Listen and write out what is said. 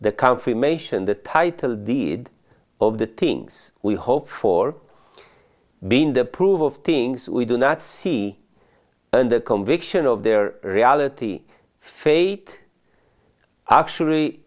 the confirmation the title deed of the things we hope for been the proof of things we do not see and the conviction of their reality fate actually